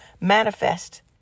manifest